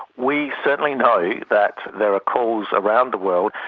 we certainly know that there are calls around the world,